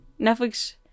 Netflix